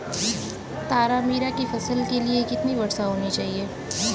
तारामीरा की फसल के लिए कितनी वर्षा होनी चाहिए?